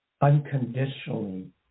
unconditionally